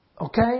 Okay